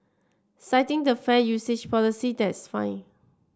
citing the fair usage policy that's fine